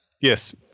Yes